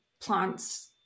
plants